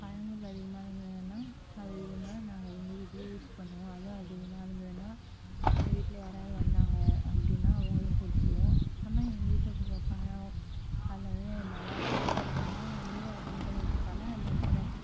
பழங்கள் அதிகமாக இருந்ததுன்னா அது இதுனா நாங்கள் எங்கள் வீட்ல யூஸ் பண்ணுவோம் அதுவும் அதிகமாக இருந்ததுன்னா எங்கள் வீட்ல யாராவது வந்தாங்க அப்படினா அவங்களுக்கு கொடுத்துருவோம் ஆனால் எங்கள் வீட்டில் பூக்கிற பழம் அதனால் நல்லா டேஸ்டாக இருக்கியா நம்பளே அதை விள விக்கிறதால அதில் இருக்கிற